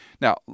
Now